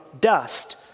dust